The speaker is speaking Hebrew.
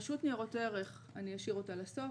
רשות ניירות ערך אשאיר לסוף.